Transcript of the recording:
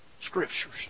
Scriptures